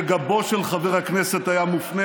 ניצלתי את הזמן שגבו של חבר הכנסת היה מופנה